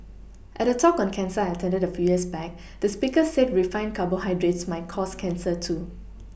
at a talk on cancer I attended a few years back the speaker said refined carbohydrates might cause cancer too